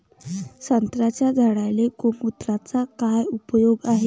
संत्र्याच्या झाडांले गोमूत्राचा काय उपयोग हाये?